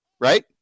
right